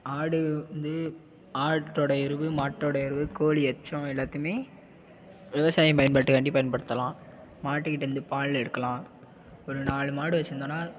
ஆடு வந்து ஆட்டோட எருவு மாட்டோட எருவு கோழி எச்சம் எல்லாத்தையுமே விவசாய பயன்பாட்டுக்காண்டி பயன்படுத்தலாம் மாட்டுக்கிட்டேந்து பால் எடுக்கலாம் ஒரு நாலு மாடு வச்சுருந்தோன்னா